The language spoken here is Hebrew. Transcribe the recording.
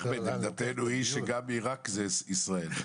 עמדתנו היא שגם עיראק היא ישראל.